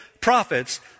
prophets